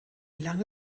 lange